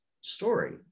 story